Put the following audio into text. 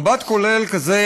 מבט כולל כזה,